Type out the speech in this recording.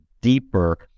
deeper